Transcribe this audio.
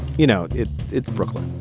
you know. it's it's brooklyn.